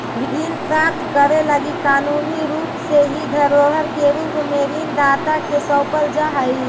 ऋण प्राप्त करे लगी कानूनी रूप से इ धरोहर के रूप में ऋण दाता के सौंपल जा हई